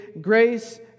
grace